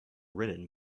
written